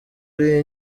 ari